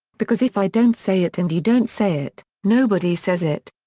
because if i don't say it and you don't say it, nobody says it.